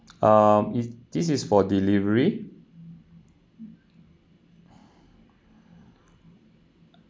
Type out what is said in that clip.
um is this is for delivery